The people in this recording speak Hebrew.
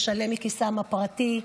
לשלם מכיסם הפרטי,